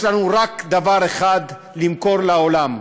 יש לנו רק דבר אחד למכור לעולם: